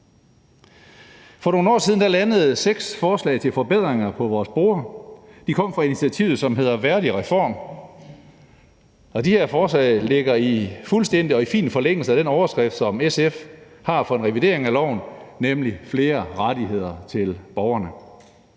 For nogle år siden landede seks forslag til forbedringer på vores bord. De kom fra initiativet, som hedder VærdigReform, og de her forslag ligger i fuldstændig og fin forlængelse af den overskrift, som SF har for en revidering af loven, nemlig flere rettigheder til borgerne.